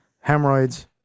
hemorrhoids